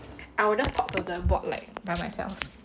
I'll just talk to the board like by myself